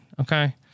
Okay